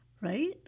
right